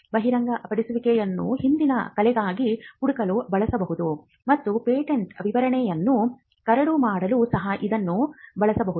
ಬಹಿರಂಗಪಡಿಸುವಿಕೆಯನ್ನು ಹಿಂದಿನ ಕಲೆಗಾಗಿ ಹುಡುಕಲು ಬಳಸಬಹುದು ಮತ್ತು ಪೇಟೆಂಟ್ ವಿವರಣೆಯನ್ನು ಕರಡು ಮಾಡಲು ಸಹ ಇದನ್ನು ಬಳಸಬಹುದು